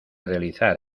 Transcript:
realizar